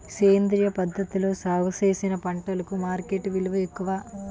సేంద్రియ పద్ధతిలో సాగు చేసిన పంటలకు మార్కెట్ విలువ ఎక్కువ